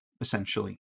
essentially